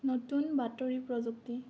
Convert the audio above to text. নতুন বাতৰি প্ৰযুক্তি